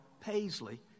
Paisley